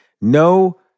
No